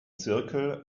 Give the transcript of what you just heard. zirkel